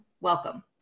Welcome